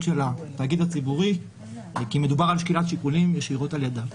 התאגיד הציבורי כי מדובר בשקילת שיקולים ישירות על-ידם.